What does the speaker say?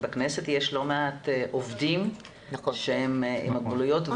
בכנסת יש לא מעט עובדים שהם עם מוגבלויות.